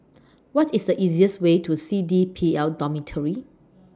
What IS The easiest Way to C D P L Dormitory